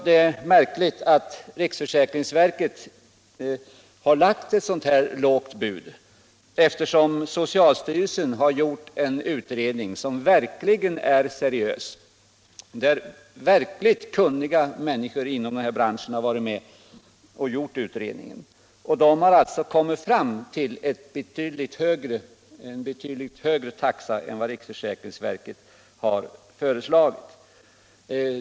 Det är också märkligt att riksförsäkringsverket har lagt ett så lågt bud, eftersom socialstyrelsen har gjort en mycket seriös utredning, där verkligt kunniga människor inom branschen har varit med. Den utredningen har alltså kommit fram till en betydligt högre taxa än vad riksförsäkringsverket har föreslagit.